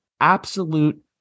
absolute